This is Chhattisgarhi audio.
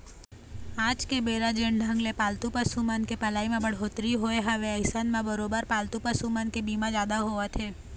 आज के बेरा जेन ढंग ले पालतू पसु मन के पलई म बड़होत्तरी होय हवय अइसन म बरोबर पालतू पसु मन के बीमा जादा होवत हे